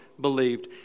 Believed